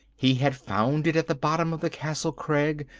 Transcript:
he had found it at the bottom of the castle crag,